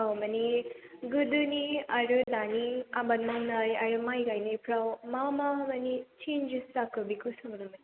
औ माने गोदोनि आरो दानि आबाद मावनाय आरो माइ गाइनायफ्राव मा मा माने सेनजेस जाखो बेखौ सोंनोमोन